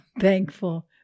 thankful